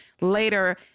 later